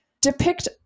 depict